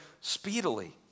speedily